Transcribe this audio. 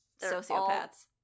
sociopaths